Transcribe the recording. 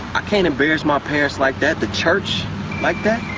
i can't embarrass my parents like that, the church like that.